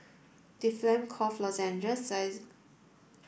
Difflam Cough Lozenges Xyzal